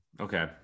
okay